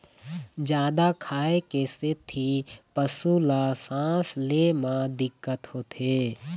जादा खाए के सेती पशु ल सांस ले म दिक्कत होथे